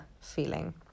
feeling